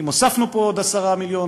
אם הוספנו פה עוד 10 מיליון,